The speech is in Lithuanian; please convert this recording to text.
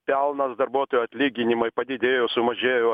pelnas darbuotojų atlyginimai padidėjo sumažėjo